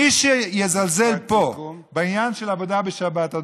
מי שיזלזל פה בעניין של עבודה בשבת, משפט סיכום.